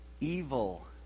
evil